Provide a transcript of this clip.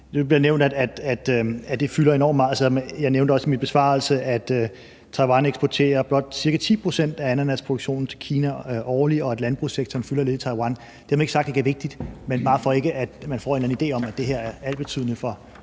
det fylder enormt meget, selv om – og det nævnte jeg også i min besvarelse – Taiwan eksporterer blot ca. 10 pct. af ananasproduktionen til Kina årligt, og at landbrugssektoren fylder lidt i Taiwan. Dermed ikke sagt, at det ikke er vigtigt, men det er bare for, at man ikke får en eller anden idé om, at det her er altbetydende for